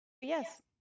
Yes